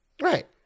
Right